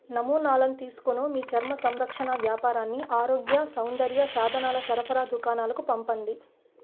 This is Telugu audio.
నమూనాలను తీసుకొను మీ చర్మ సంరక్షణ వ్యాపారాన్ని ఆరోగ్య సౌందర్య సాధనాల సరఫరా దుకాణాలకు పంపండి